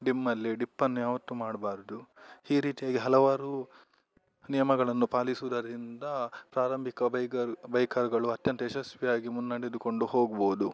ಡಿಮ್ಮಲ್ಲಿ ಡಿಪ್ಪನ್ನು ಯಾವತ್ತು ಮಾಡಬಾರ್ದು ಈ ರೀತಿಯಾಗಿ ಹಲವಾರು ನಿಯಮಗಳನ್ನು ಪಾಲಿಸುವುದರಿಂದ ಪ್ರಾರಂಭಿಕ ಬೈಕರ್ ಬೈಕರ್ಗಳು ಅತ್ಯಂತ ಯಶಸ್ವಿಯಾಗಿ ಮುನ್ನಡೆದುಕೊಂಡು ಹೋಗ್ಬೋದು